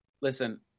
Listen